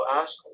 ask